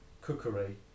cookery